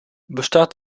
bestaat